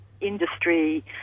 industry